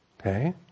Okay